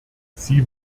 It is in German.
sie